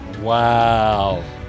Wow